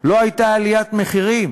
לא הייתה עליית מחירים